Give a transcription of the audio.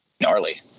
gnarly